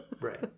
Right